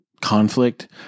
conflict